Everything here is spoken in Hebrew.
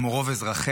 כמו רוב אזרחיה,